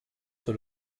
sur